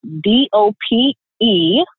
d-o-p-e